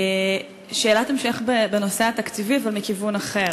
שאלת המשך בנושא התקציבי, אבל מכיוון אחר: